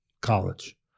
college